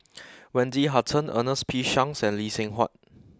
Wendy Hutton Ernest P Shanks and Lee Seng Huat